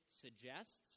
suggests